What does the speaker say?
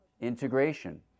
Integration